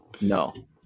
No